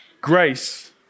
grace